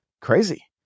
Crazy